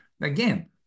again